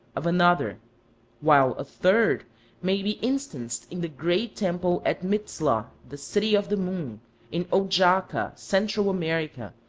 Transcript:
of another while a third may be instanced in the great temple at mitzla, the city of the moon in ojaaca, central america,